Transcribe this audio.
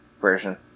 version